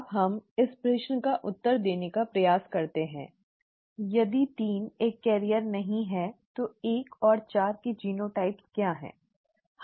अब हम इस प्रश्न का उत्तर देने का प्रयास करते हैं यदि 3 एक वाहक नहीं है तो 1 और 4 के जीनोटाइप क्या हैं